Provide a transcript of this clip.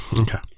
okay